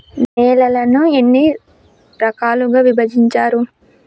నేలలను ఎన్ని రకాలుగా విభజించారు?